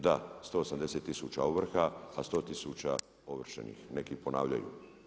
Da, 180 tisuća ovrha a 100 tisuća ovršenih, neki i ponavljaju.